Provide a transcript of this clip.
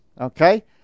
Okay